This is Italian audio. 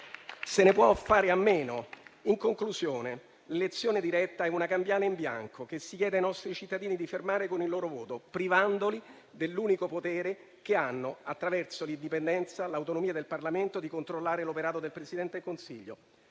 Se ne può fare a meno. In conclusione, l'elezione diretta è una cambiale in bianco, che si chiede ai nostri cittadini di firmare con il loro voto, privandoli dell'unico potere che hanno, attraverso l'indipendenza e l'autonomia del Parlamento, di controllare l'operato del Presidente del Consiglio.